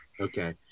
Okay